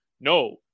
no